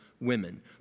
women